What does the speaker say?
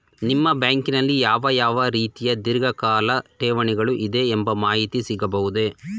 ನಿಮ್ಮ ಬ್ಯಾಂಕಿನಲ್ಲಿ ಯಾವ ಯಾವ ರೀತಿಯ ಧೀರ್ಘಕಾಲ ಠೇವಣಿಗಳು ಇದೆ ಎಂಬ ಮಾಹಿತಿ ಸಿಗಬಹುದೇ?